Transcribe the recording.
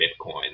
Bitcoin